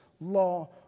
law